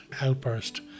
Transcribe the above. outburst